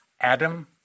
Adam